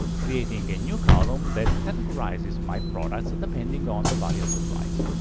creating a new column that categorizes my products, depending on the value of the price.